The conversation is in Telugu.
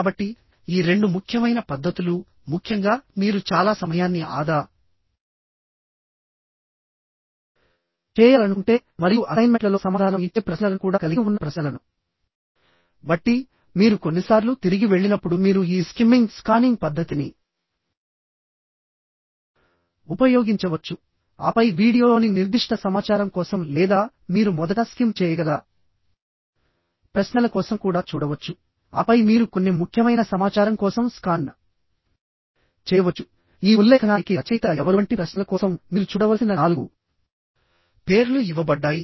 కాబట్టి ఈ రెండు ముఖ్యమైన పద్ధతులు ముఖ్యంగా మీరు చాలా సమయాన్ని ఆదా చేయాలనుకుంటే మరియు అసైన్మెంట్లలో సమాధానం ఇచ్చే ప్రశ్నలను కూడా కలిగి ఉన్న ప్రశ్నలను బట్టిమీరు కొన్నిసార్లు తిరిగి వెళ్ళినప్పుడు మీరు ఈ స్కిమ్మింగ్ స్కానింగ్ పద్ధతిని ఉపయోగించవచ్చుఆపై వీడియోలోని నిర్దిష్ట సమాచారం కోసం లేదా మీరు మొదట స్కిమ్ చేయగల ప్రశ్నల కోసం కూడా చూడవచ్చుఆపై మీరు కొన్ని ముఖ్యమైన సమాచారం కోసం స్కాన్ చేయవచ్చు ఈ ఉల్లేఖనానికి రచయిత ఎవరు వంటి ప్రశ్నల కోసం మీరు చూడవలసిన నాలుగు పేర్లు ఇవ్వబడ్డాయి